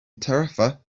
tarifa